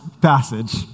passage